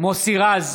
מוסי רז,